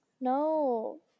No